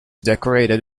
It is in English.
decorated